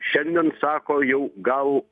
šiandien sako jau gal